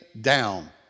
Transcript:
down